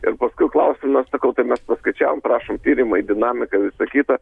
ir paskui klausimas sakau tai mes paskaičiavom prašom tyrimai dinamika visa kita